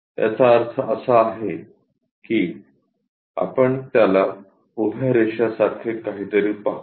याचा अर्थ असा आहे की आपण त्याला उभ्या रेषा सारखे काहीतरी पाहू